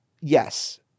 Yes